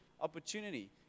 opportunity